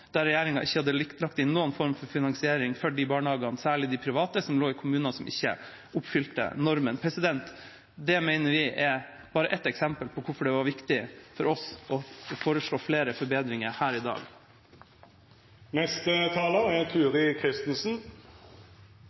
der regjeringa ikke hadde lagt inn noen form for finansiering for de barnehagene, særlig de private, i kommuner som ikke oppfylte normen. Det mener vi bare er ett eksempel på hvorfor det er viktig for oss å foreslå flere forbedringer her i